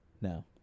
No